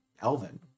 Elvin